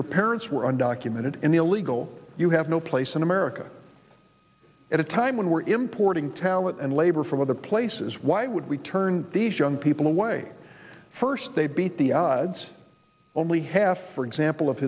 your parents were undocumented and illegal you have no in america at a time when we're importing talent and labor from other places why would we turn these young people away first they beat the odds only half for example of